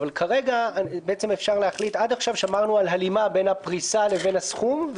אבל כרגע אפשר להחליט עד עכשיו שמענו על הלימה בין הפריסה לבין הסכום,